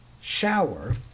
shower